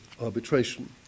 Arbitration